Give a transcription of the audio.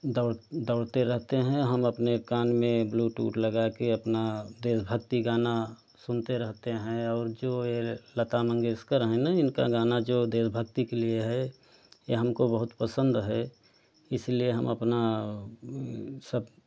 दौड़ दौड़ते रहते हैं हम अपने कान में ब्लूटूथ लगाकर अपना देशभक्ति गाना सुनते रहते हैं और जो यह लता मंगेशकर हैं ना इनका गाना जो देशभक्ति के लिए है यह हमको बहुत पसंद हैं इसलिए हम अपना सब